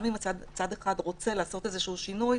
גם אם צד אחד רוצה לעשות איזשהו שינוי,